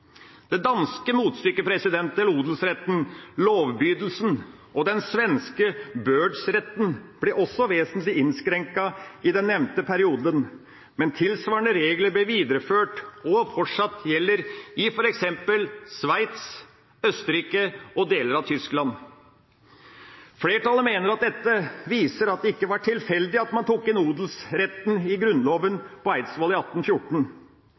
Det danske motstykket til odelsretten, lovbydelsen, og den svenske bördsrätten ble også vesentlig innskrenket i den nevnte perioden, men tilsvarende regler ble videreført og gjelder fortsatt i f.eks. Sveits, Østerrike og deler av Tyskland. Flertallet mener at dette viser at det ikke var tilfeldig at man tok inn odelsretten i Grunnloven på Eidsvoll i 1814,